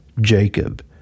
Jacob